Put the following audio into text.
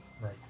Right